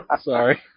Sorry